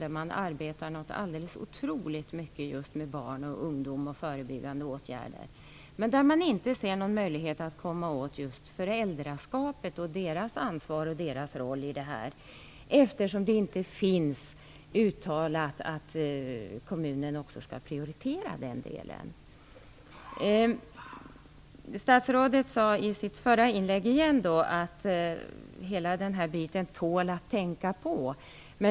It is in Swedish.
Där arbetar man otroligt mycket med just barn och ungdom, med förebyggande åtgärder, men man ser ingen möjlighet att komma åt föräldraskapet, föräldrarnas ansvar och roll eftersom det inte finns uttalat att kommunen skall prioritera den delen. Statsrådet sade i sitt förra inlägg igen att det här tål att tänka på.